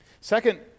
Second